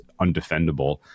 undefendable